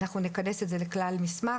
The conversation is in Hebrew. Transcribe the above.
אנחנו נכנס את זה לכלל מסמך,